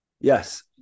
Yes